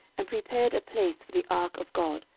and prepared a place for the ark of god,